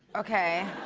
okay.